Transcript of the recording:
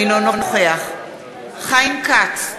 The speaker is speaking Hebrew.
אינו נוכח חיים כץ,